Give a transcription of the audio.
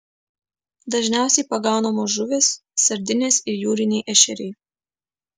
dažniausiai pagaunamos žuvys sardinės ir jūriniai ešeriai